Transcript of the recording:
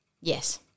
Yes